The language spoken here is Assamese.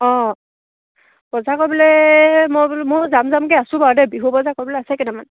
অঁ বজাৰ কৰিবলৈ মই বোলো মই যাম যামকেই আছোঁ বাৰু দেই বিহু বজাৰ কৰিবলৈ আছে কেইটামান